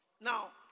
Now